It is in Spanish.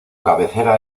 cabecera